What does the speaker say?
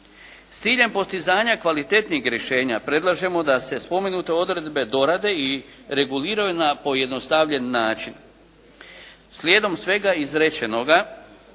S ciljem postizanja kvalitetnih rješenja predlažemo da se spomenute odredbe dorade i reguliraju na pojednostavljen način. Slijedom svega izrečenoga